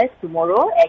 tomorrow